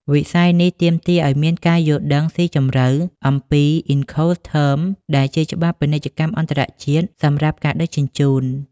វិស័យនេះទាមទារឱ្យមានការយល់ដឹងស៊ីជម្រៅអំពី "Incoterms" ដែលជាច្បាប់ពាណិជ្ជកម្មអន្តរជាតិសម្រាប់ការដឹកជញ្ជូន។